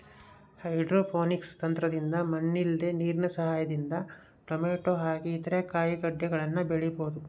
hydroponics ತಂತ್ರದಿಂದ ಮಣ್ಣಿಲ್ದೆ ನೀರಿನ ಸಹಾಯದಿಂದ ಟೊಮೇಟೊ ಹಾಗೆ ಇತರ ಕಾಯಿಗಡ್ಡೆಗಳನ್ನ ಬೆಳಿಬೊದು